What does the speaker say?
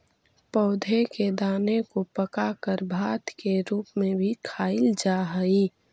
पौधों के दाने को पकाकर भात के रूप में भी खाईल जा हई